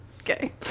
Okay